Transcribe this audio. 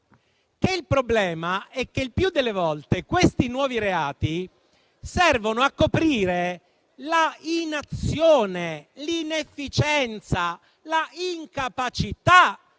cosa: il problema è che il più delle volte questi nuovi reati servono a coprire l'inazione, l'inefficienza e l'incapacità